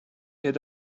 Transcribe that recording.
had